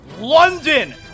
London